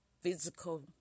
physical